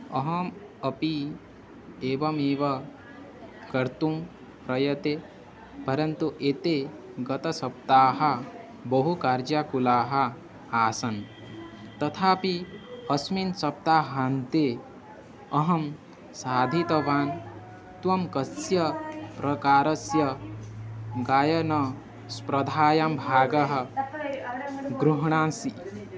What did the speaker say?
अहम् अपि एवमेव कर्तुं प्रयते परन्तु एते गतसप्ताहाः बहु कार्याकुलाः आसन् तथापि अस्मिन् सप्ताहान्ते अहं साधितवान् त्वं कस्य प्रकारस्य गायनस्पर्धायां भागं गृह्णासि